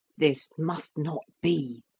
this must not be,